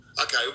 Okay